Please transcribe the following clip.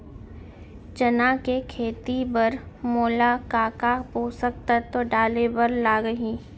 चना के खेती बर मोला का का पोसक तत्व डाले बर लागही?